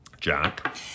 Jack